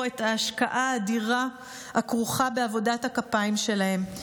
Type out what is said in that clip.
את ההשקעה האדירה הכרוכה בעבודת הכפיים שלהן,